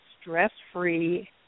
stress-free